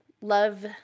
love